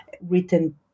written